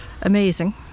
amazing